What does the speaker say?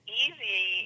easy